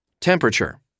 temperature